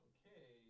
Okay